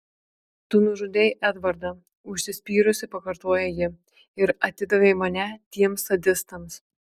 tu nužudei edvardą užsispyrusi pakartoja ji ir atidavei mane tiems sadistams